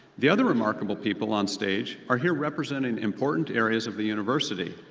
the other remarkable people on stage are here representing important areas of the university,